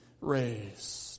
raised